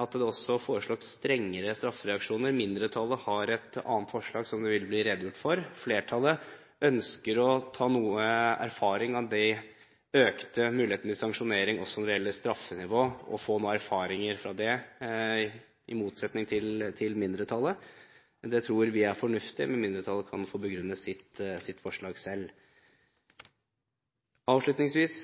at det også foreslås strengere straffereaksjoner. Mindretallet har et annet forslag, som det vil bli redegjort for. Flertallet ønsker å få noe erfaring med de økte mulighetene for sanksjonering også når det gjelder straffenivå, i motsetning til mindretallet. Det tror vi er fornuftig, men mindretallet kan få begrunne sitt forslag selv. Avslutningsvis: